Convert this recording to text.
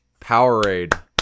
Powerade